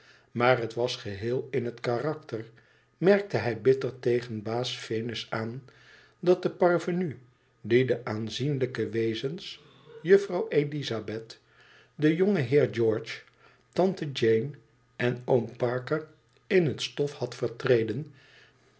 maar het was geh'eel in het karakter merkte hij bitter tegen baas venus aan i dat de parvenu die de aanzienlijke wezens juffrouw ëlizabeth den jongen heer george tante jeane en oom parker in het stof had vertreden